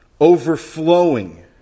overflowing